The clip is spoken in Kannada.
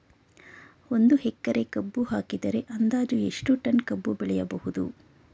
ಒಂದು ಎಕರೆ ಕಬ್ಬು ಹಾಕಿದರೆ ಅಂದಾಜು ಎಷ್ಟು ಟನ್ ಕಬ್ಬು ಬೆಳೆಯಬಹುದು?